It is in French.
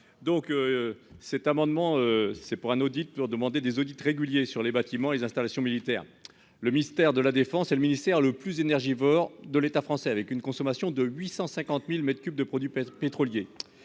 donc. Cet amendement. C'est pour un audit pour demander des audits réguliers sur les bâtiments les installations militaires. Le mystère de la Défense et le ministère le plus énergivore de l'État français avec une consommation de 850.000 m3 de produits pèse pétroliers.